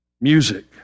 Music